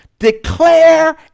Declare